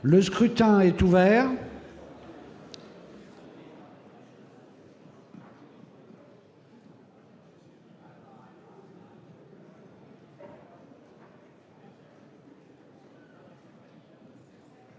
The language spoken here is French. Le scrutin est ouvert.